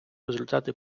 результати